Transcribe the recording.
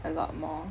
a lot more